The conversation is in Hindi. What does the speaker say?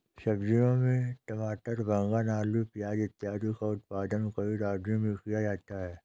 सब्जियों में टमाटर, बैंगन, आलू, प्याज इत्यादि का उत्पादन कई राज्यों में किया जाता है